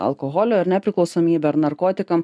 alkoholio ar ne priklausomybę ar narkotikam